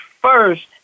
first